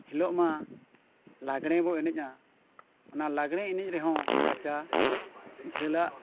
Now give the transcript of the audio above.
ᱦᱤᱞᱳᱜ ᱢᱟ ᱞᱟᱜᱽᱬᱮ ᱵᱚᱱ ᱮᱱᱮᱡᱼᱟ ᱚᱱᱟ ᱞᱟᱜᱽᱬᱮ ᱮᱱᱮᱡ ᱨᱮᱦᱚᱸ ᱠᱟᱪᱟ ᱡᱷᱟᱹᱞᱟᱜ